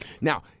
Now